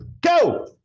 go